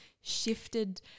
shifted